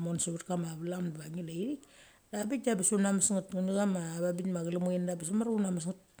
mon sevet kamon savet kama vlam diva ngila ithik da bik abes una mes nget ngene cha ma vabik chelemen da bes mamar ia una mes nget.